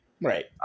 Right